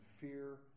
fear